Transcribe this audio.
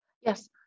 Yes